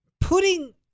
putting